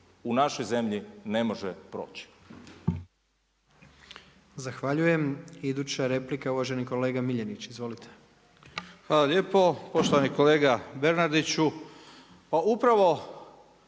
u našoj zemlji ne može proći.